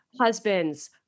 Husbands